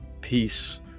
peace